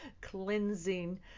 cleansing